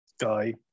guy